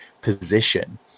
position